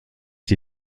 die